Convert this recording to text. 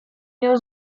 nią